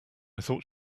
thought